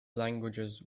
languages